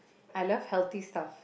I love healthy stuff